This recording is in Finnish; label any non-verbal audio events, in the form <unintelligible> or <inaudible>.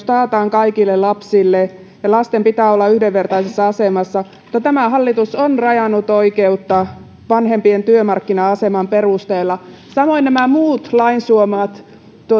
<unintelligible> taataan kaikille lapsille ja lasten pitää olla yhdenvertaisessa asemassa tämä hallitus on rajannut oikeutta vanhempien työmarkkina aseman perusteella samoin nämä muut lain tuomat